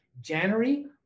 January